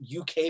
UK